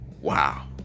wow